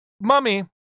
Mummy